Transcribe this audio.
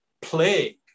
plague